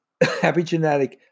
epigenetic